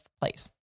place